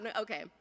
okay